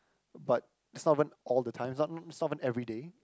but it's not even all the time it's not even it's not even everyday